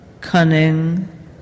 cunning